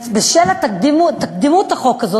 בשל התקדים שבחוק,